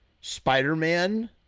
Spider-Man